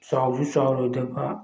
ꯆꯥꯎꯁꯨ ꯆꯥꯎꯔꯣꯏꯗꯕ